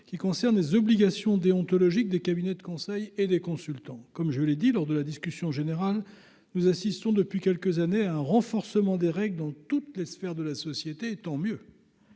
qui concerne les obligations déontologiques des cabinets de conseil, et des consultants, comme je l'ai dit, lors de la discussion générale, nous assistons depuis quelques années, un renforcement des règles dans toutes les sphères de la société, et tant mieux.